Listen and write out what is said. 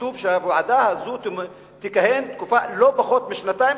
כתוב שהוועדה הזו תכהן תקופה של לא פחות משנתיים,